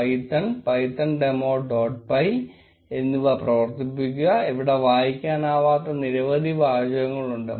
Python Python demo dot py എന്നിവ പ്രവർത്തിപ്പിക്കുക അവിടെ വായിക്കാനാവാത്ത നിരവധി വാചകങ്ങളുണ്ട്